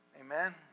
Amen